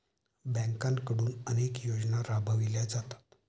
बँकांकडून अनेक योजना राबवल्या जातात